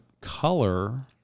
color